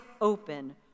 open